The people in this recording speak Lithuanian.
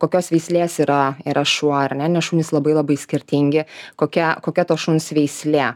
kokios veislės yra yra šuo ar ne nes šunys labai labai skirtingi kokia kokia to šuns veislė